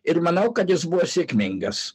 ir manau kad jis buvo sėkmingas